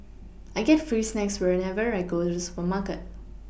I get free snacks whenever I go to the supermarket